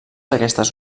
aquestes